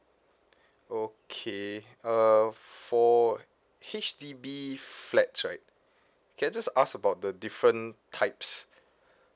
okay uh for H_D_B flats right can I just ask about the different types